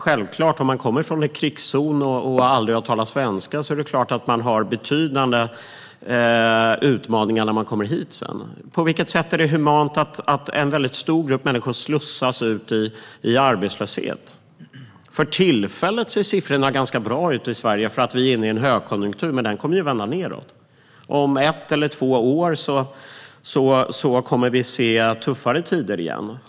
Kommer man från en krigszon och aldrig har talat svenska är det klart att man har betydande utmaningar när man kommer hit. Hur kan det vara humant att en stor grupp människor slussas ut i arbetslöshet? För tillfället ser siffrorna i Sverige ganska bra ut eftersom vi är inne i en högkonjunktur, men denna kommer att vända nedåt. Om ett eller två år får vi se tuffare tider igen.